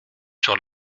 sur